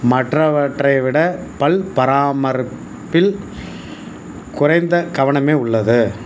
மற்றவற்றை விட பல் பாரமரிப்பில் குறைந்த கவனமே உள்ளது